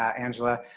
angela.